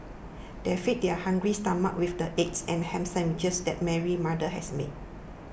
they fed their hungry stomachs with the egg and ham sandwiches that Mary's mother has made